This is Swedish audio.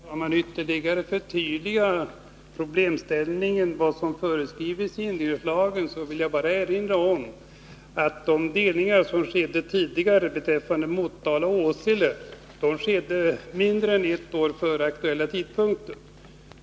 Herr talman! För att ytterligare förtydliga problemställningen när det gäller vad som föreskrivs i indelningslagen vill jag bara erinra om att de tidigare besluten om delningar i Motala och Åsele fattades mindre än ett år före den aktuella tidpunkten.